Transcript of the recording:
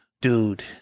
Dude